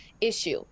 issue